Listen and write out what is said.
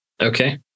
Okay